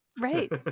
Right